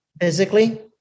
Physically